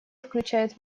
включают